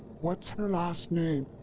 what's her last name?